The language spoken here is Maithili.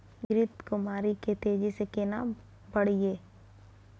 घृत कुमारी के तेजी से केना बढईये?